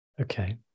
okay